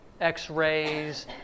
x-rays